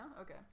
okay